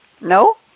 No